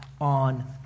on